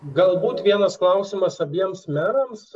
galbūt vienas klausimas abiems merams